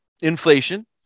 inflation